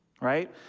Right